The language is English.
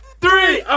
three,